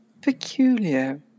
peculiar